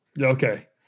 Okay